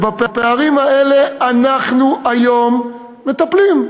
ובפערים האלה אנחנו היום מטפלים.